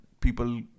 people